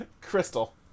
Crystal